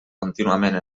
contínuament